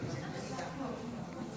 חרבות ברזל),